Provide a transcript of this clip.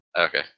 Okay